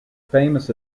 famous